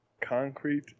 concrete